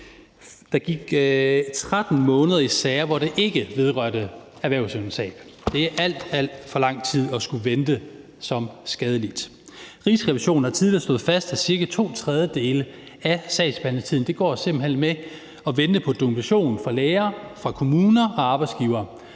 der gik 13 måneder i sager, hvor det ikke vedrørte erhvervsevnetab. Det er alt, alt for lang tid at skulle vente som skadelidt. Rigsrevisionen har tidligere slået fast, at cirka to tredjedele af sagsbehandlingstiden simpelt hen går med at vente på dokumentation fra læger, fra kommuner og fra arbejdsgivere.